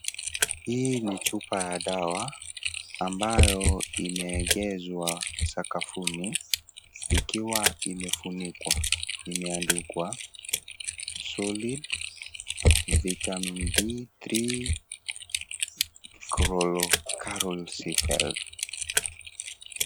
Hii ni chupa ya dawa ambayo imeegezwa sakafuni ikiwa imefunikwa imeandikwa solid vitamin D3 carolsifel .